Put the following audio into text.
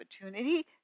opportunity